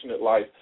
life